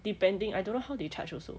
depending I don't know how they charge also